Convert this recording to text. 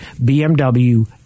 BMW